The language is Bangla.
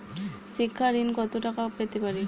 শিক্ষা ঋণ কত টাকা পেতে পারি?